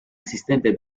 assistente